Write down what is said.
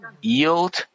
yield